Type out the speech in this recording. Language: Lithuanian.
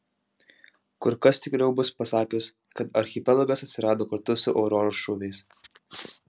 kur kas tikriau bus pasakius kad archipelagas atsirado kartu su auroros šūviais